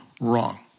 wrong